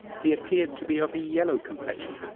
he appeared to be of a yellow complexion,